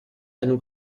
einem